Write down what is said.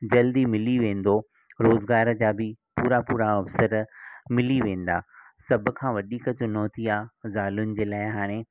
जल्दी मिली वेंदो रोज़गार जा बि पूरा पूरा अवसर मिली वेंदा सभु खां वधीक चुनौती हीअ आहे ज़ालुनि जे लाइ